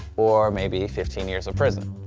or maybe fifteen years of prison.